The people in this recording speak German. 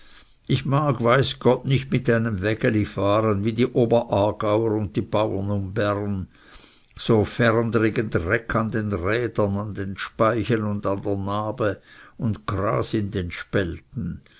ich mag weiß gott nicht mit einem wägeli fahren wie die oberaargauer und die bauren um bern so ferndrigen dreck an den rädern an den speichen und an der nabe und gras in den spälten